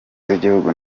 z’igihugu